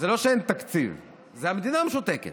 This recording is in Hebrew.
אז זה לא שאין תקציב, המדינה משותקת.